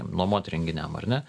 nuomot renginiam ar ne